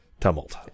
tumult